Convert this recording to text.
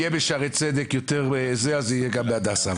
אם יהיו בשערי צדק יותר יהיו גם בהדסה.